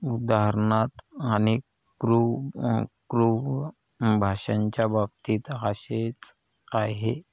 उदाहरणार्थ अनेक क्रू क्रू भाषांच्या बाबतीत असेच आहे